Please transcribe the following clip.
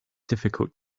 difficult